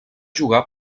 jugar